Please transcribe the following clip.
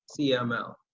CML